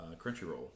Crunchyroll